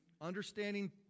understanding